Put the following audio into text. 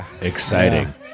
exciting